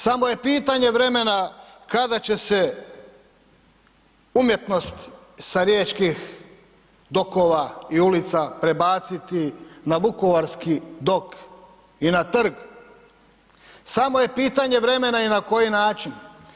Samo je pitanje vremena kada će se umjetnost sa riječkih dokova i ulica prebaciti na vukovarski dok i na trg, samo je pitanje vremena i na koji način.